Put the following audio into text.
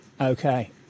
okay